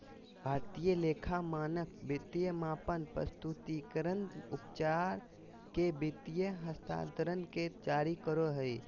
भारतीय लेखा मानक वित्तीय मापन, प्रस्तुतिकरण, उपचार के वित्तीय हस्तांतरण के जारी करो हय